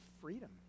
freedom